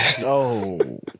No